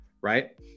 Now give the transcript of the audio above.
right